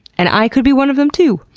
and i could be one of them too!